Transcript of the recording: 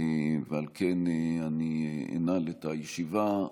ועל כן אני אנעל את הישיבה.